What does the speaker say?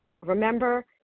remember